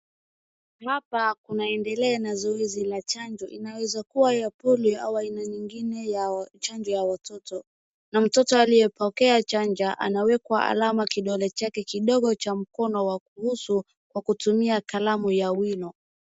Hapa kunaendelea zoezi la chanjo. Inaweza kuwa ya Polio au aina nyingine ya chanjo ya watoto, na mtoto aliyepokea chanjo anawekwa alama kidole chake kidogo mkono wa kusu kwa kutumia kalamu ya wino.